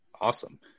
awesome